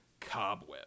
Cobweb